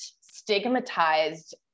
stigmatized